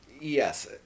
Yes